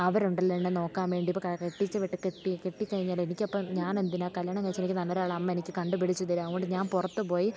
അവരുണ്ടല്ലോ എന്നെ നോക്കാൻ വേണ്ടി ഇപ്പം ക കെട്ടിച്ചു വിട്ട് കെട്ടി കെട്ടി കഴിഞ്ഞാലും എനിക്കപ്പം ഞാനെന്തിനാണ് കല്യാണം കഴിച്ചെനിക്ക് നല്ലൊരാളെ അമ്മ എനിക്ക് കണ്ടു പിടിച്ചു തരും അതുകൊണ്ടു ഞാൻ പുറത്തു പോയി